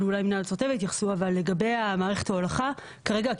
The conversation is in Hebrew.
אבל לגבי מערכת ההולכה כרגע,